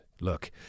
Look